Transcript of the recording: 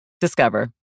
Discover